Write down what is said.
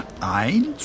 Eins